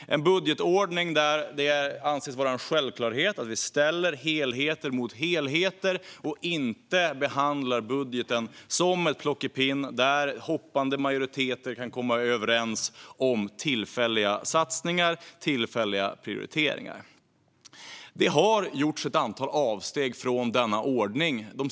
I den anses det vara en självklarhet att vi ställer helheter mot helheter och inte behandlar budgeten som ett plockepinn där hoppande majoriteter kan komma överens om tillfälliga satsningar och prioriteringar. Det har under de senaste åren gjorts ett antal avsteg från denna ordning.